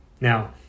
Now